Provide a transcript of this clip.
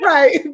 Right